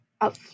up